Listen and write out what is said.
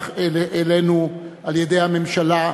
-מידה עולמי,